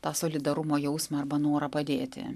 tą solidarumo jausmą arba norą padėti